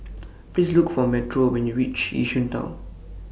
Please Look For Metro when YOU REACH Yishun Town